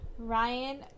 Ryan